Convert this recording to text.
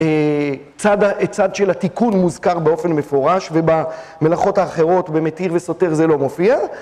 את צד של התיקון מוזכר באופן מפורש ובמלאכות האחרות במתיר וסותר זה לא מופיע